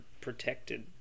protected